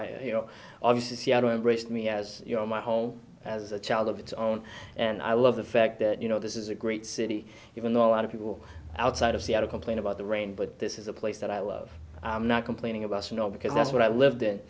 i you know obviously seattle embraced me as you know my home as a child of its own and i love the fact that you know this is a great city even though a lot of people outside of seattle complain about the rain but this is a place that i love i'm not complaining about snow because that's what i lived in